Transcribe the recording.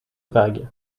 vague